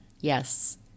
yes